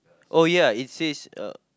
oh ya it says uh